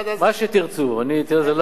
מה שתרצו, אני, תראה איזה לארג'.